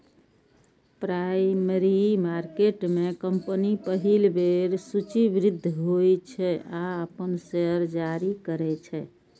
primary market में company पहिल बेर सूचीबद्ध होइ छै आ अपन शेयर जारी करै छै